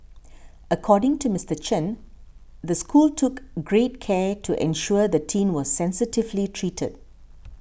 according to Mister Chen the school took great care to ensure the teen was sensitively treated